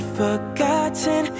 forgotten